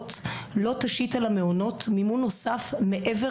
לסייעות לא תשית על המעונות מימון נוסף מעבר